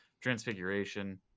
transfiguration